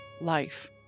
life